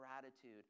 gratitude